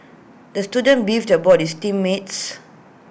the student beefed about his team mates